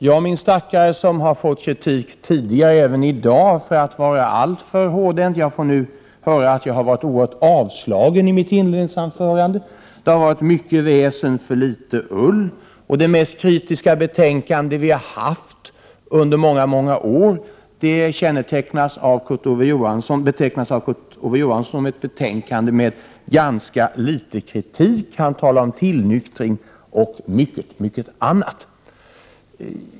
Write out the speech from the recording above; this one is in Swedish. Jag min stackare, som har fått kritik tidigare — och även i dag — för att vara alltför hårdhänt, får nu höra att jag har varit oerhört avslagen i mitt inledningsanförande. Det har varit mycket väsen för litet ull. Det mest kritiska betänkande vi har haft under många år betecknas av Kurt Ove Johansson som ett betänkande med ganska litet kritik. Han talar om tillnyktring och mycket annat.